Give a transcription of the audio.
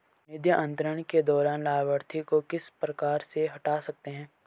निधि अंतरण के दौरान लाभार्थी को किस प्रकार से हटा सकते हैं?